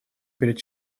перед